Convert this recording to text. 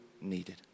needed